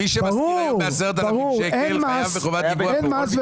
מי שמשכיר ב-10,000 ₪ חייב בחובת דיווח --- אין מס,